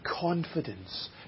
confidence